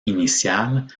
inicial